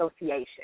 association